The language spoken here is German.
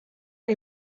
und